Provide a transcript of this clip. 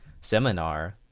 seminar